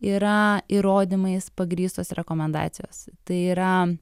yra įrodymais pagrįstos rekomendacijos tai yra